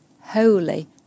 holy